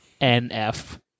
N-F